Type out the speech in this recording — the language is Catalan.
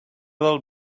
del